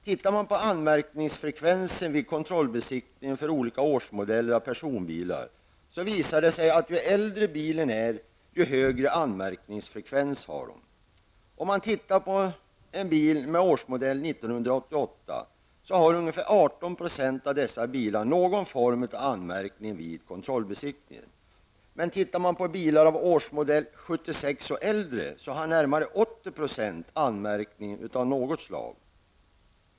Tittar man på anmärkningsfrekvensen vid kontrollbesiktningen för olika årsmodeller av personbilar, visar det sig att ju äldre bilarna är, desto högre anmärkningsfrekvens har de. Ungefär 18 % av bilarna av årsmodell 1988 har någon form av anmärkning vid kontrollbesiktningen. För bilar av årsmodell 1976 och äldre har närmare 80 % anmärkning av något slag.